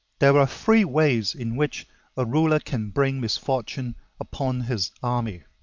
there are three ways in which a ruler can bring misfortune upon his army